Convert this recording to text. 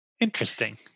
interesting